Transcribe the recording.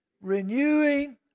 Renewing